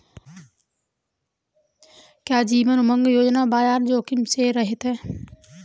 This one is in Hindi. क्या जीवन उमंग योजना बाजार जोखिम से रहित है?